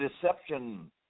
deception